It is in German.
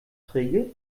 träge